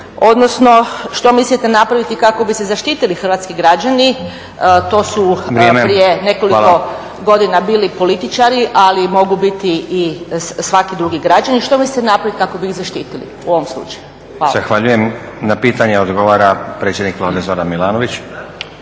odnosno što mislite napraviti kako bi se zaštitili hrvatski građani. … /Upadica Stazić: Vrijeme. Hvala./… To su prije nekoliko godina bili političari, ali mogu biti i svaki drugi građani. Što mislite napraviti kako bi ih zaštitili u ovom slučaju? Hvala. **Stazić, Nenad (SDP)** Zahvaljujem. Na pitanje odgovara predsjednik Vlade Zoran Milanović.